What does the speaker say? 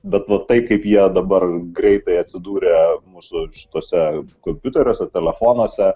bet vat taip kaip jie dabar greitai atsidūrė mūsų tuose kompiuteriuose telefonuose